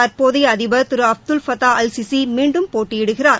தற்போதைய அதிபர் திரு அப்துல் ஃபதா அல் சிசி மீண்டும் போட்டியிடுகிறார்